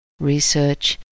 research